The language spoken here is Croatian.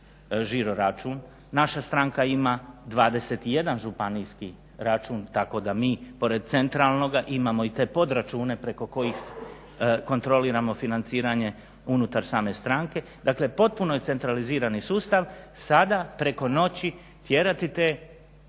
žiro-račun. Naša stranka ima 21 županijski račun tako da mi pored centralnoga imamo i te podračune preko kojih kontroliramo financiranje unutar same stranke. Dakle, potpuno je centralizirani sustav. Sada preko noći tjerati te